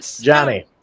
johnny